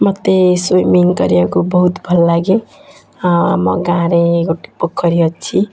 ମୋତେ ସୁଇମିଙ୍ଗ୍ କରିବାକୁ ବହୁତ ଭଲଲାଗେ ଆମ ଗାଁରେ ଗୋଟିଏ ପୋଖରୀ ଅଛି